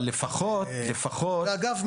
אבל לפחות --- ואגב,